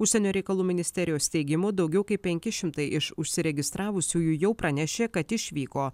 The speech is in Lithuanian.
užsienio reikalų ministerijos teigimu daugiau kaip penki šimtai iš užsiregistravusiųjų jau pranešė kad išvyko